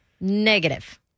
Negative